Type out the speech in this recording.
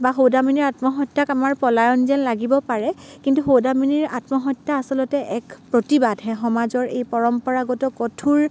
বা সৌদামিনীৰ আত্মহত্যাক আমাৰ পলায়ন যেন লাগিব পাৰে কিন্তু সৌদামিনীৰ আত্মহত্যা আচলতে এক প্ৰতিবাদহে সমাজৰ এই পৰম্পৰাগত কঠোৰ